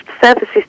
Services